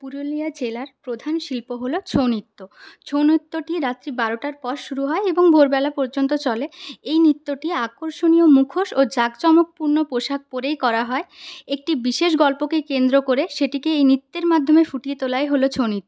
পুরুলিয়া জেলার প্রধান শিল্প হল ছৌ নৃত্য ছৌ নৃত্যটি রাত্রি বারোটার পর শুরু হয় এবং ভোরবেলা পর্যন্ত চলে এই নৃত্যটি আকর্ষণীয় মুখোশ ও জাঁকজমকপূর্ণ পোশাক পরেই করা হয় একটি বিশেষ গল্পকে কেন্দ্র করে সেটিকে এই নৃত্যের মাধ্যমে ফুটিয়ে তোলাই হল ছৌ নৃত্য